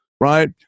right